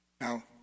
Now